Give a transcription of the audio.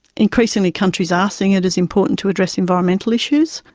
increasingly countries are seeing it as important to address environmental issues,